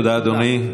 תודה, אדוני.